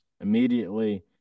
Immediately